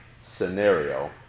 scenario